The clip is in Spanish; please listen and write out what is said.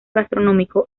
gastronómico